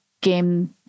game